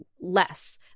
less